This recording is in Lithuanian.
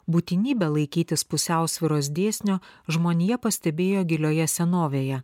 būtinybę laikytis pusiausvyros dėsnio žmonija pastebėjo gilioje senovėje